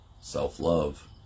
self-love